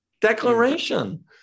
declaration